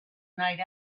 night